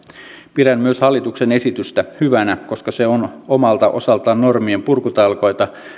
pidän myös hallituksen esitystä hyvänä koska se on omalta osaltaan normienpurkutalkoita